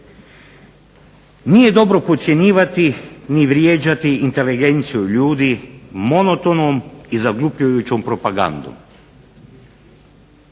Nije dobro podcjenjivati ni vrijeđati inteligenciju ljudi, monotonom i zaglupljujućom propagandom.